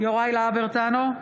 יוראי להב הרצנו,